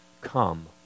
come